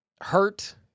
hurt